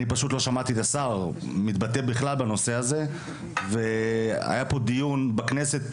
אני פשוט לא שמעתי את השר מתבטא בכלל בנושא הזה והיה פה דיון בכנסת,